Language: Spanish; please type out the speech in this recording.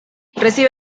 recibe